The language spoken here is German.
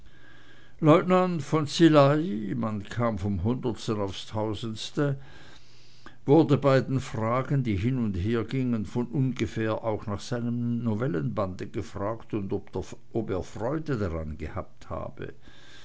leutnant von szilagy man kam vom hundertsten aufs tausendste wurde bei den fragen die hin und her gingen von ungefähr auch nach seinem novellenbande gefragt und ob er freude daran gehabt habe